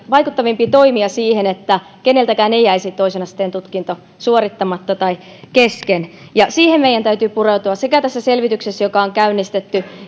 vaikuttavimpia toimia siihen että keneltäkään ei jäisi toisen asteen tutkinto suorittamatta tai kesken siihen meidän täytyy pureutua myös tässä selvityksessä joka on käynnistetty